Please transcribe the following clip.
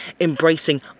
embracing